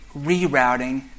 rerouting